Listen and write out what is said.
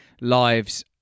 lives